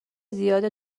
زیاده